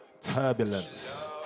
Turbulence